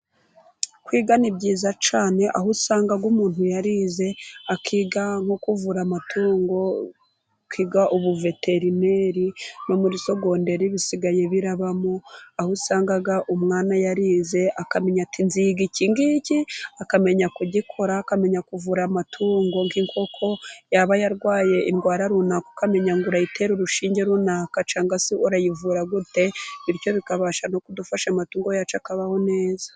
Kwiga ni byiza cyane, aho usanga umuntu yarize, akiga nko kuvura amatungo. Akiga ubuveterineri no muri sogonderi bisigaye birabamo, aho usanga umwana yarize akamenya ati nziga iki ngiki, akamenya kugikora. Akamenya kuvura amatungo. Nk'inkoko yaba yarwaye indwara runaka, ukamenya ngo urayitera urushinge runaka, cyangwa se urayivura gute, bityo bikabasha no kudufasha amatungo yacu akabaho neza.